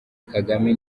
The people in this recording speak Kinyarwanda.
kagame